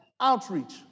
outreach